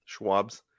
Schwabs